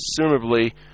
presumably